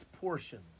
portions